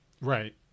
Right